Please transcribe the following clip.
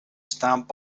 stamp